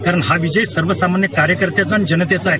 कारण हा विजय सर्वसामान्य कार्यकर्त्याचा अन जनतेचा आहे